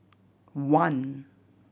one